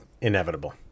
inevitable